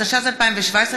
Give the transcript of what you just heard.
התשע"ז 2017,